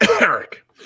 Eric